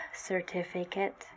certificate